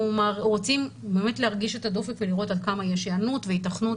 אנחנו רוצים להרגיש את הדופק ולראות עד כמה יש היענות והיתכנות